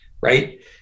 right